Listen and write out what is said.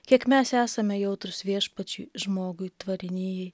kiek mes esame jautrūs viešpačiui žmogui tvarinijai